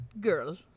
Girl